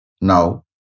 now